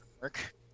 work